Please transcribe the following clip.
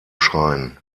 schreien